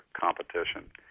competition